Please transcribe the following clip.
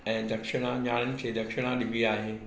ऐं दक्षिणा नियाणियुनि खे दक्षिणा ॾिबी आहे